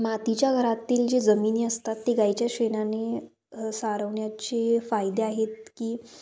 मातीच्या घरातील जे जमिनी असतात ते गाईच्या शेणाने सारवण्याचे फायदे आहेत की